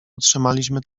otrzymaliśmy